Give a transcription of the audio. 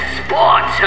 sport